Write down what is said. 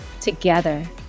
together